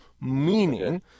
Meaning